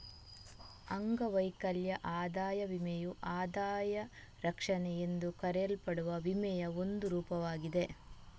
ಅಂಗವೈಕಲ್ಯ ಆದಾಯ ವಿಮೆಯು ಆದಾಯ ರಕ್ಷಣೆ ಎಂದು ಕರೆಯಲ್ಪಡುವ ವಿಮೆಯ ಒಂದು ರೂಪವಾಗಿದೆ